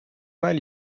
mal